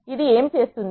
ఇది ఏమి చేస్తుంది